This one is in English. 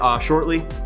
shortly